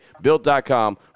Built.com